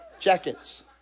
Jackets